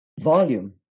volume